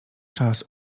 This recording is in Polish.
czas